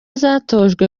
zatojwe